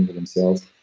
themselves.